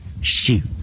Shoot